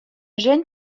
jeune